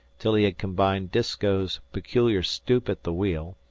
till he had combined disko's peculiar stoop at the wheel,